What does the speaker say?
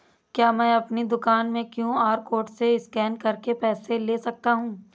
क्या मैं अपनी दुकान में क्यू.आर कोड से स्कैन करके पैसे ले सकता हूँ?